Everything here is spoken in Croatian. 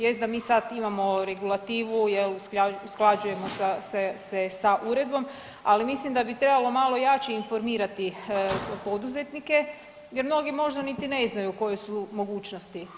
Jest da mi sad imamo regulativu jel usklađujemo se sa uredbom, ali mislim da bi trebalo malo jače informirati poduzetnike jer mnogi niti ne znaju koje su mogućnosti.